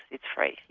it's free.